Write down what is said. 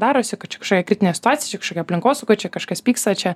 darosi kad čia kažkokia kritinė situacija čia kažkokia aplinkosauga čia kažkas pyksta čia